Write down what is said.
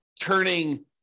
turning